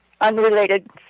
unrelated